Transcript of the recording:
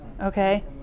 okay